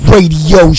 Radio